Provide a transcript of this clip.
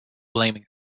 blaming